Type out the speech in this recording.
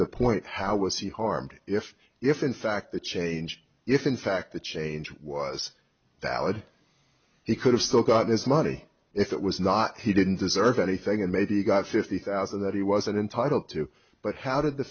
the point how was he harmed if if in fact the change if in fact the change was valid he could have still got this money if it was not he didn't deserve anything and maybe he got fifty thousand that he wasn't entitle to but how did the